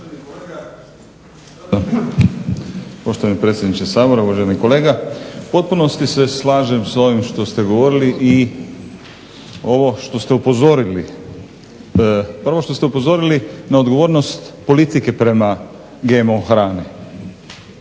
Poštovani predsjedniče Sabora, uvaženi kolega. U potpunosti se slažem s ovime što ste govorili i ovo što ste upozorili. Prvo što ste upozorili na odgovornost politike prema GMO hrani.